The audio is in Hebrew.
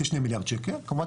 כ-2 מיליארד שקל.